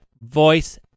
voice